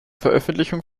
veröffentlichung